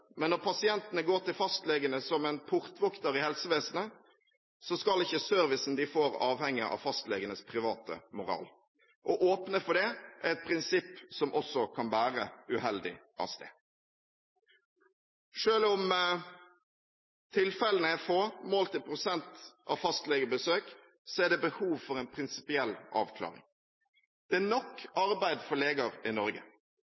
Men når pasientene går til fastlegene som en portvokter i helsevesenet, skal ikke servicen de får, avhenge av fastlegenes private moral. Å åpne for dette er et prinsipp som også kan bære uheldig av sted. Selv om tilfellene er få, målt i prosent av fastlegebesøk, er det behov for en prinsipiell avklaring. Det er nok arbeid for leger i Norge.